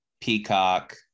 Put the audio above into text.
peacock